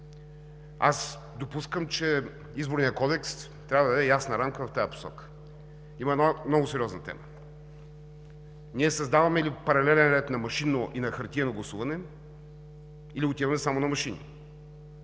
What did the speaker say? Аз допускам, че Изборният кодекс трябва да даде ясна рамка в тази посока. Има една много сериозна тема: ние създаваме ли паралелен ред на машинно и на хартиено гласуване, или отиваме само на машини?